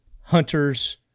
hunters